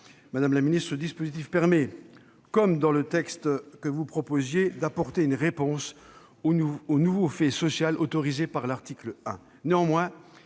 madame la ministre, ce dispositif permet, comme dans le texte que vous proposiez, d'apporter une réponse au nouveau fait social autorisé par l'article 1.